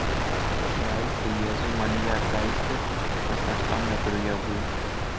leisti jėzui manyje atleisti nes aš tam neturiu jėgų